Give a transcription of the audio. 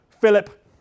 Philip